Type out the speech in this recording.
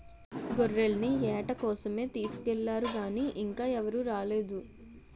గొర్రెల్ని ఏట కోసమే తీసుకెల్లారు గానీ ఇంకా ఎవరూ రాలేదు